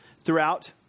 throughout